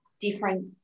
different